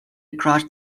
across